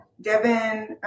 Devin